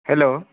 hello